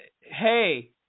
hey